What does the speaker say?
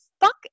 fuck